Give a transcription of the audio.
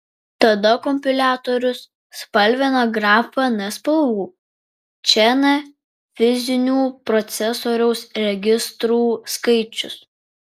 tada kompiliatorius spalvina grafą n spalvų čia n fizinių procesoriaus registrų skaičius